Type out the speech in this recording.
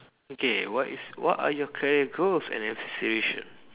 okay what is what are your career goals and aspiration